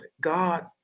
God